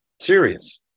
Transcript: serious